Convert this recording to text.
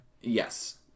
Yes